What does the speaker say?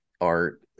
art